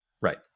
Right